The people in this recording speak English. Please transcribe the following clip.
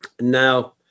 Now